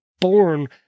born